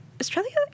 Australia